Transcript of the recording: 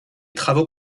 travaux